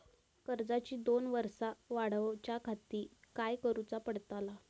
कर्जाची दोन वर्सा वाढवच्याखाती काय करुचा पडताला?